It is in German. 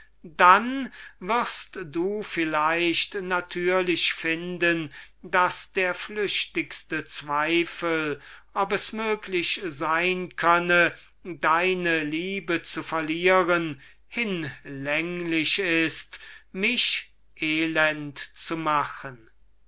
darf denn wirst du vielleicht natürlich finden daß der flüchtigste zweifel ob es möglich sein könne deine liebe zu verlieren hinlänglich ist mich elend zu machen